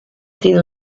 tiene